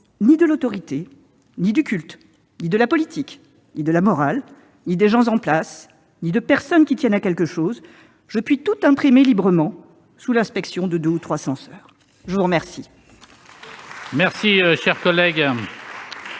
ni de l'autorité, ni du culte, ni de la politique, ni de la morale, ni des gens en place [...], ni de personne qui tienne à quelque chose, je puis tout imprimer librement sous l'inspection de deux ou trois censeurs. » La parole est à M.